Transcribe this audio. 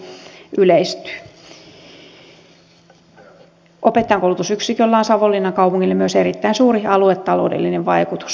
opettajankoulutusyksiköllä on savonlinnan kaupungille myös erittäin suuri aluetaloudellinen vaikutus